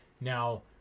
now